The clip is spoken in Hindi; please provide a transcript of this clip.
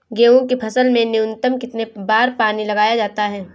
गेहूँ की फसल में न्यूनतम कितने बार पानी लगाया जाता है?